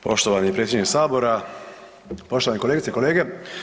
Poštovani predsjedniče Sabora, poštovane kolegice i kolege.